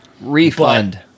Refund